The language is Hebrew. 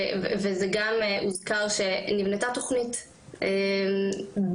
וזה גם הוזכר, שנבנתה תוכנית בין-משרדית.